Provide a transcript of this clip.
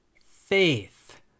faith